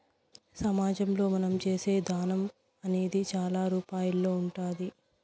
సమాజంలో మనం చేసే దానం అనేది చాలా రూపాల్లో ఉంటాది